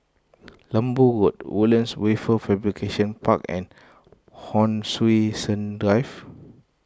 Lembu Road Woodlands Wafer Fabrication Park and Hon Sui Sen Drive